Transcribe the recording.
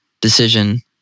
decision